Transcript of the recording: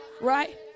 right